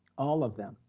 all of them,